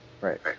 Right